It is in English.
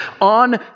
on